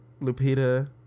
lupita